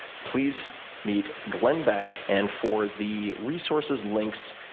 please meet glenn beck. and for the resources links,